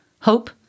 hope